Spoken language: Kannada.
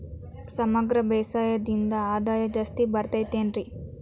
ಸಮಗ್ರ ಬೇಸಾಯದಿಂದ ಆದಾಯ ಜಾಸ್ತಿ ಬರತೈತೇನ್ರಿ?